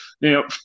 now